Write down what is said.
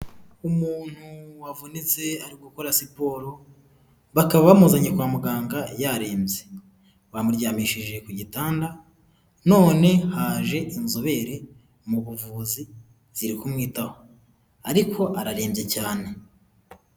Umuntu wavunitse ari gukora siporo, bakaba bamuzanye kwa muganga yarembye. Bamuryamishije ku gitanda, none haje inzobere mu buvuzi, ziri kumwitaho ariko ararembye cyane.